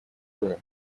room